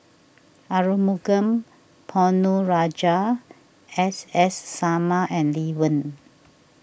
Arumugam Ponnu Rajah S S Sarma and Lee Wen